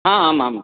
आमाम्